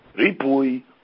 Ripui